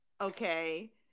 Okay